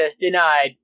denied